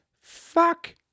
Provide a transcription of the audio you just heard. fuck